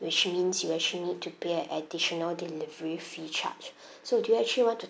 which means you actually need to pay an additional delivery fee charged so do you actually want to